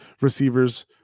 receivers